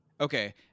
Okay